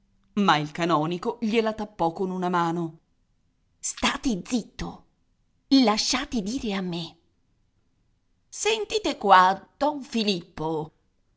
ma il canonico gliela tappò con una mano state zitto lasciate dire a me sentite qua don filippo